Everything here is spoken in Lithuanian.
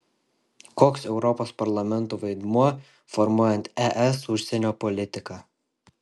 koks europos parlamento vaidmuo formuojant es užsienio politiką